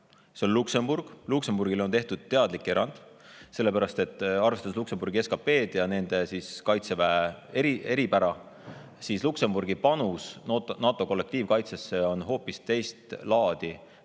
see on Luksemburg. Luksemburgile on tehtud teadlik erand, sellepärast et arvestades Luksemburgi SKP-d ja nende kaitseväe eripära, on Luksemburgi panus NATO kollektiivkaitsesse hoopis teist laadi